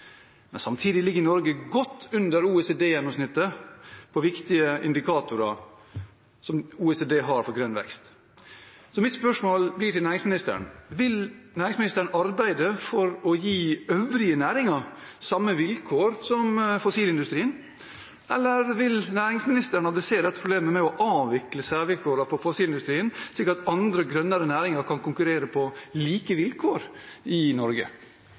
Samtidig ligger Norge godt under OECD-gjennomsnittet på viktige indikatorer som OECD har for grønn vekst. Mitt spørsmål blir: Vil næringsministeren arbeide for å gi øvrige næringer samme vilkår som fossilindustrien, eller vil næringsministeren adressere dette problemet med å avvikle særvilkårene for fossilindustrien, slik at andre, grønnere næringer kan konkurrere på like vilkår i Norge?